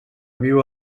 viu